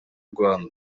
rwanda